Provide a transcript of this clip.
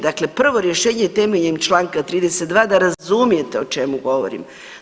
Dakle, prvo rješenje temeljem članka 32. da razumijete o čemu govorim.